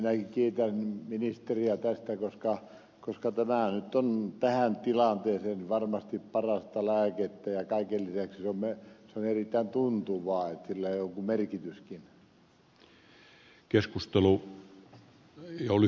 minäkin kiitän ministeriä tästä koska tämä nyt on tähän tilanteeseen varmasti parasta lääkettä ja kaiken lisäksi se on erittäin tuntuvaa joten sillä on joku merkityskin